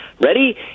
Ready